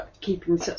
keeping